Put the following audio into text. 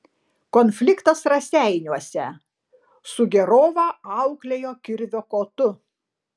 konfliktas raseiniuose sugėrovą auklėjo kirvio kotu